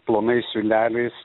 plonais siūleliais